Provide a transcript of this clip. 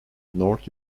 north